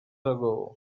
ago